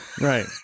Right